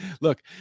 look